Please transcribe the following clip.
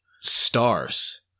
stars